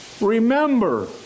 Remember